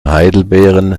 heidelbeeren